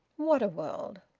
what a world!